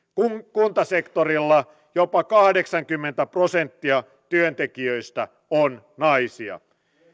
kuntasektorilla jopa kahdeksankymmentä prosenttia työntekijöistä on naisia